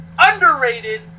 underrated